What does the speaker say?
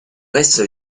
reste